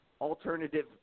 alternative